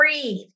breathe